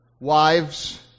wives